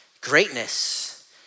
greatness